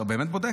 אתה באמת בודק?